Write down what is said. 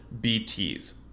BTs